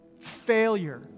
failure